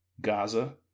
Gaza